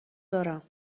دارم